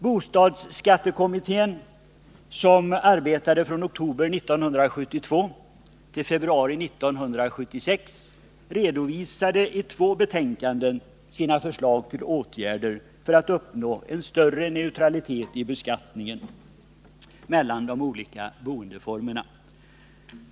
Bostadsskattekommittén, som arbetade från oktober 1972 till februari 1976, redovisade i två betänkanden sina förslag till åtgärder för att uppnå en större neutralitet i beskattningen mellan de olika boendeformerna.